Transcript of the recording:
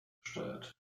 gesteuert